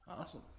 Awesome